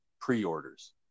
pre-orders